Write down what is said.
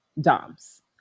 doms